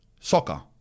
soccer